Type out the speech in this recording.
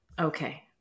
Okay